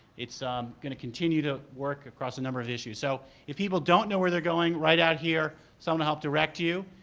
it's um going to continue to work across a number of issues. so if people don't know where they are going right out here, someone will help direct you.